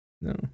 No